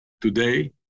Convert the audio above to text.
today